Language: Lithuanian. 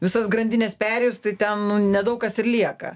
visas grandines perėjus tai ten nu nedaug kas ir lieka